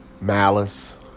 malice